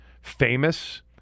famous